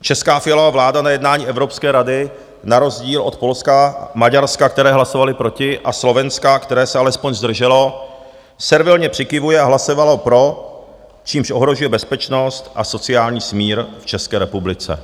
Česká Fialova vláda na jednání Evropské rady na rozdíl od Polska, Maďarska, které hlasovaly proti, a Slovenska, které se alespoň zdrželo, servilně přikyvuje a hlasovala pro, čímž ohrožuje bezpečnost a sociální smír v České republice.